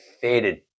faded